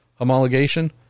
homologation